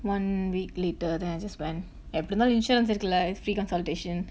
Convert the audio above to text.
one week later then I just went எப்டி இருந்தாலும்:epdi irunthaalum insurance இருக்குல:irukkula is live free consultatioon